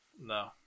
No